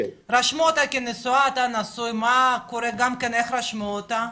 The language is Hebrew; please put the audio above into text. רשמו אותה כנשואה, אתה נשוי, גם כן איך רשמו אותה?